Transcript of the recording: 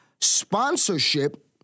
Sponsorship